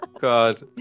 god